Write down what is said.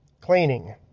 cleaning